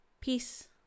Peace